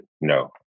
no